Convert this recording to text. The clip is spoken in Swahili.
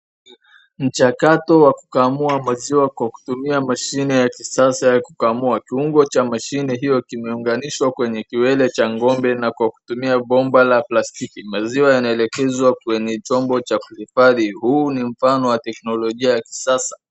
Mchakato wa kukamua maziwa kwa kutumia mashine ya kisasa ya kukamua. Kiungo cha mashine hiyo kimeunganishwa kwenye kiwele cha ng'ombe na kwa kutumia bomba la plastiki. Maziwa yanaelekezwa kwenye chombo cha kuhifadhi. Huu ni mfano wa teknolojia ya kisasa.